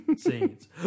scenes